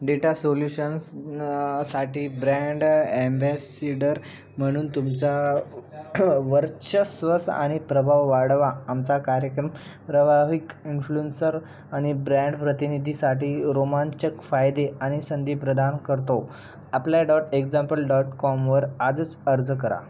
data solutions न साठी brand ambassador म्हणून तुमचा वर्चस्व स आणि प्रभाव वाढवा आमचा कार्यक्रम प्रवाहिक इन्फ्लुअ्सर आणि ब्रँड प्रतिनिधीसाठी रोमांचक फायदे आणि संधी प्रदान करतो आपल्या डॉट एक्झाम्पल डॉट कॉमवर आजच अर्ज करा